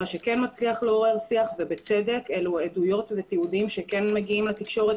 מה שכן מצליח לעורר שיח ובצדק אלה עדויות ותיעודים שכן מגיעים מהתקשורת